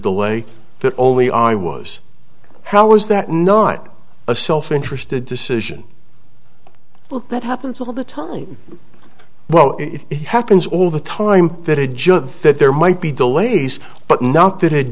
delay that only i was how was that not a self interested decision that happens all the time well it happens all the time that a judge that there might be delays but not that